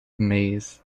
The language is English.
maze